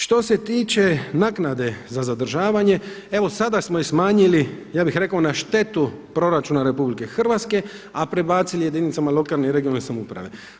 Što se tiče naknade za zadržavanje, evo sada smo ih smanjili ja bih rekao na štetu proračuna RH, a prebacili jedinicama lokalne i regionalne samouprave.